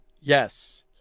Yes